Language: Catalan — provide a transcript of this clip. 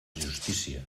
justícia